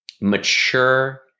mature